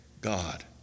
God